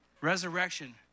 Resurrection